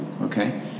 okay